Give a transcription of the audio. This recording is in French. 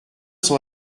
sont